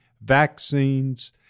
vaccines